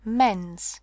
men's